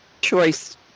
Choice